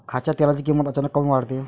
खाच्या तेलाची किमत अचानक काऊन वाढते?